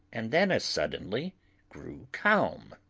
and then as suddenly grew calm.